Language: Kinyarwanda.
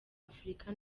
afurika